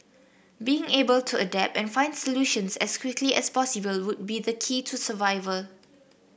being able to adapt and find solutions as quickly as possible would be the key to survival